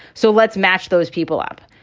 so let's match those people up.